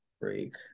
break